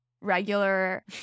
regular